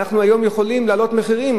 ואנחנו היום יכולים להעלות מחירים,